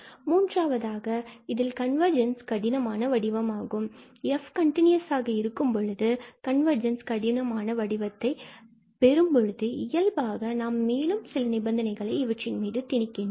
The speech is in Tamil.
மூன்றாவதாக இதில் கன்வர்ஜென்ஸ் கடினமான வடிவமாகும் f கன்டினுயஸ்ஸாக இருக்கும் பொழுது கன்வர்ஜென்ஸ் கடினமான வடிவத்தை பெறும் பொழுது இயல்பாக நாம் மேலும் சில நிபந்தனைகளை இவற்றின்மீது திணிக்கின்றோம்